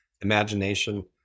imagination